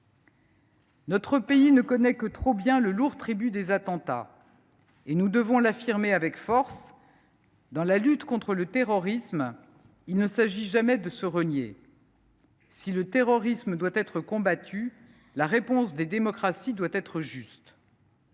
Notre pays ne connaît que trop bien le lourd tribut des attentats. Nous devons l’affirmer avec force : dans la lutte contre le terrorisme, il ne s’agit jamais de se renier. Si le terrorisme doit être combattu, la réponse des démocraties doit être juste.